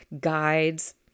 guides